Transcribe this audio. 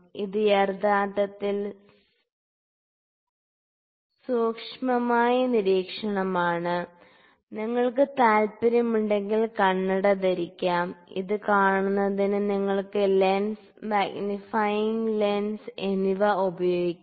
ഇത് യഥാർത്ഥത്തിൽ സൂഷ്മമായ നിരീക്ഷണമാണ് നിങ്ങൾക്ക് താൽപ്പര്യമുണ്ടെങ്കിൽ കണ്ണട ധരിക്കാം ഇത് കാണുന്നതിന് നിങ്ങൾക്ക് ലെൻസ് മാഗ്നിഫൈയിംഗ് ലെൻസ് എന്നിവ ഉപയോഗിക്കാം